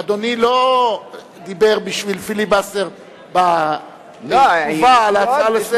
אדוני לא דיבר בשביל פיליבסטר בתגובה על ההצעה לסדר.